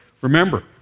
remember